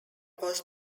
was